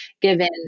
given